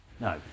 No